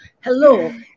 Hello